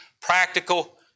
practical